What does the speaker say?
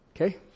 Okay